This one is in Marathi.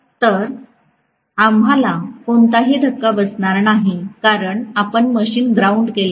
तर आम्हाला कोणताही धक्का बसणार नाही कारण आपण मशीन ग्राउंड केले आहे